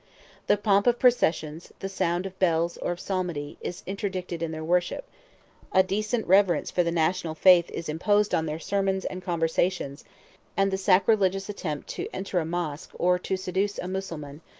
the pomp of processions, the sound of bells or of psalmody, is interdicted in their worship a decent reverence for the national faith is imposed on their sermons and conversations and the sacrilegious attempt to enter a mosch, or to seduce a mussulman,